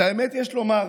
את האמת יש לומר: